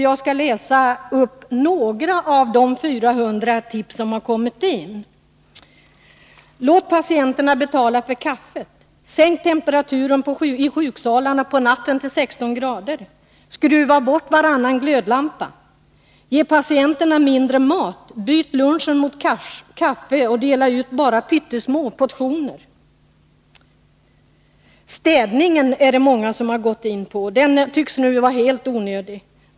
Jag skall räkna upp några av de 400 tips som har kommit in: Låt patienterna betala för kaffet. Sänk temperaturen i sjuksalarna på natten till 16 grader. Ge patienterna mindre mat. Byt lunchen mot kaffe och dela ut bara pyttesmå portioner. Städningen har många gått in på, och den tycks nu vara helt onödig.